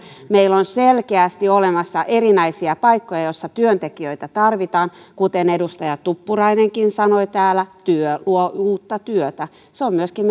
meillä on selkeästi olemassa erinäisiä paikkoja joissa työntekijöitä tarvitaan kuten edustaja tuppurainenkin sanoi täällä työ luo uutta työtä se on myöskin